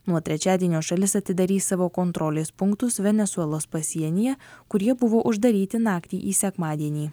nuo trečiadienio šalis atidarys savo kontrolės punktus venesuelos pasienyje kurie buvo uždaryti naktį į sekmadienį